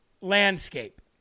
Landscape